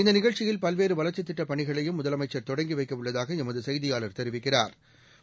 இந்தநிகழ்ச்சியில் பல்வேறுவளர்ச்சித் திடடப் பணிகளையும் முதலமைச்சா் தொடங்கிவைக்கஉள்ளதாகஎமதுசெய்தியாளா் தெரிவிக்கிறாா்